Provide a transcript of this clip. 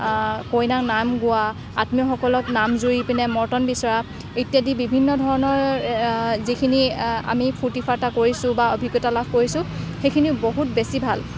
কইনাক নাম গোৱা আত্মীয়সকলক নাম জুৰি পিনে মৰ্টন বিচৰা ইত্যাদি বিভিন্ন ধৰণৰ যিখিনি আমি ফুৰ্ত্তি ফাৰ্ত্তা কৰিছোঁ বা অভিজ্ঞতা লাভ কৰিছোঁ সেইখিনিও বহুত বেছি ভাল